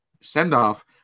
send-off